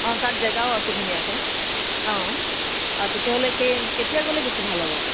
অঁ তাত জেগাও আছে ধুনীয়াকৈ অঁ আৰু তেতিয়াহ'লে কেই কেতিয়া গ'লে বেছি ভাল হ'ব